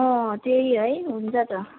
अँ त्यही हो है हुन्छ त